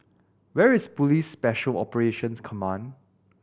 where is Police Special Operations Command